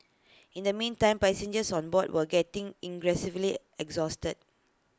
in the meantime passengers on board were getting ingressive exhausted